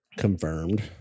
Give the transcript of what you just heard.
confirmed